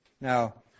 Now